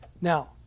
Now